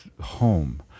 home